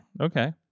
Okay